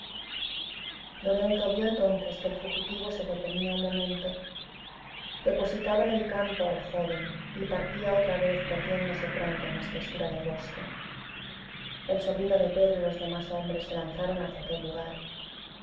lorenzo vio entonces que el fugitivo se detenía un momento depositaba en el campo a la joven y partía otra vez perdiéndose pronto en la espesura del bosque el sobrino de pedro y los demás hombres se lanzaron hacia aquel lugar